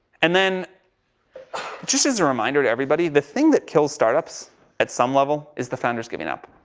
and then just as a reminder to everybody the thing that kills startups at some level is the founders giving up.